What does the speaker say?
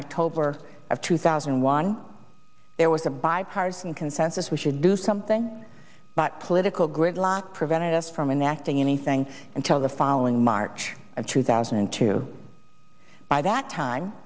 october of two thousand and one there was a bipartisan consensus we should do something but political gridlock prevented us from an acting anything until the following march of two thousand and two by that time